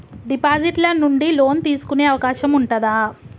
Deposit ల నుండి loan తీసుకునే అవకాశం ఉంటదా?